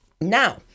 Now